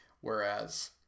whereas